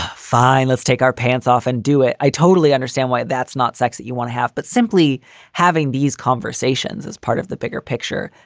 fine, let's take our pants off and do it. i totally understand why that's not sex. you want to have but simply having these conversations is part of the bigger picture.